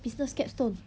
business capstone